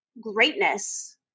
greatness